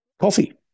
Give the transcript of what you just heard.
coffee